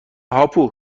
هاپو